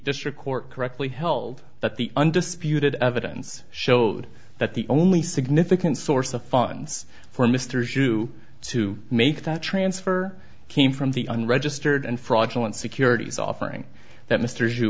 district court correctly held that the undisputed evidence showed that the only significant source of funds for mr hsu to make that transfer came from the unregistered and fraudulent securities offering that mr z